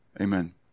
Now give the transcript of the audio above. amen